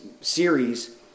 series